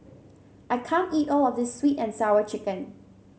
I can't eat all of this sweet and Sour Chicken